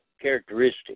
characteristic